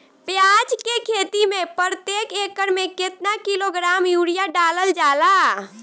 प्याज के खेती में प्रतेक एकड़ में केतना किलोग्राम यूरिया डालल जाला?